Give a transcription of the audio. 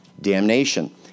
damnation